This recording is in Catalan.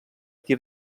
tir